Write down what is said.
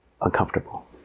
uncomfortable